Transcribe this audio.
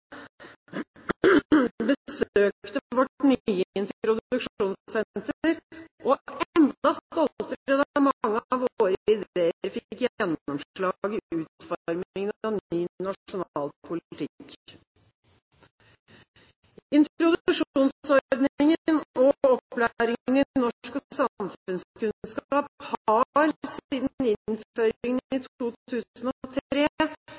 besøkte vårt nye introduksjonssenter, og enda stoltere da mange av våre ideer fikk gjennomslag i utformingen av ny nasjonal politikk. Introduksjonsordningen og opplæringen i norsk og samfunnskunnskap har siden innføringen